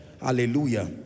hallelujah